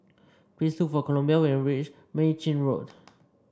please look for Columbia when you reach Mei Chin Road